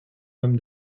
homme